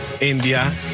India